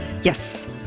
Yes